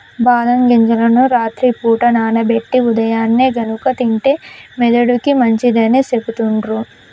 బాదం గింజలను రాత్రి పూట నానబెట్టి ఉదయాన్నే గనుక తింటే మెదడుకి మంచిదని సెపుతుండ్రు